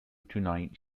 tonight